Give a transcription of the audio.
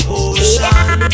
ocean